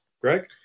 Greg